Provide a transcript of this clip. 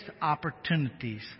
opportunities